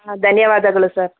ಹಾಂ ಧನ್ಯವಾದಗಳು ಸರ್